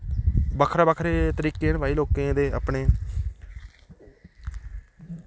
बक्खरे बक्खरे तरीके न भाई लोकें दे अपने